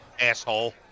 Asshole